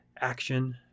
action